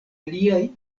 aliaj